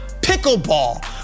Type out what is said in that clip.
pickleball